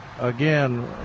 again